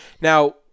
Now